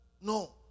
no